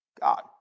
God